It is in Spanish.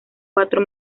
cuatro